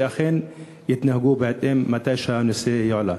שאכן יתנהגו בהתאם כשהנושא יועלה.